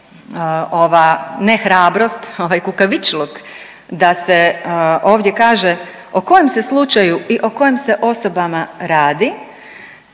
nehrabrost, ovaj kukavičluk da se ovdje kaže o kojem se slučaju i o kojim se osobama radi,